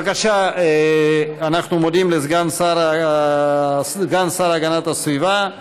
אנחנו מודים לסגן השר להגנת הסביבה.